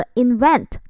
invent